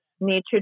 nature